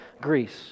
Greece